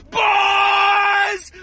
boys